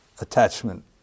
attachment